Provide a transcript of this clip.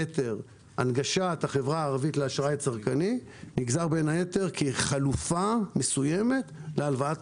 הנגשת החברה הערבית לאשראי צרכני נגזרת בין היתר כחלופה מסוימת להלוואת